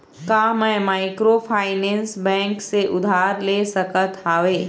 का मैं microfinance bank से उधार ले सकत हावे?